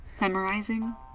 Memorizing